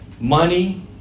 Money